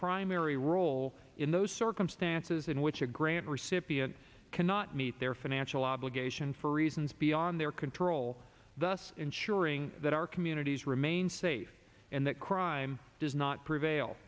primary role in those circumstances in which a grant recipient cannot meet their financial obligation for reasons beyond their control thus ensuring that our communities main safe and that crime does not prevail